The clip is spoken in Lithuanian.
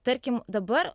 tarkim dabar